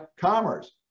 commerce